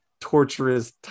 torturous